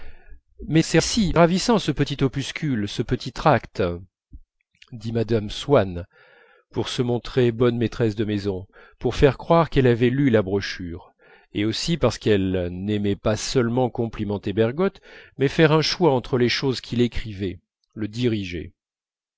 mais c'est si ravissant ce petit opuscule ce petit tract dit mme swann pour se montrer bonne maîtresse de maison pour faire croire qu'elle avait lu la brochure et aussi parce qu'elle n'aimait pas seulement complimenter bergotte mais faire un choix entre les choses qu'il écrivait le diriger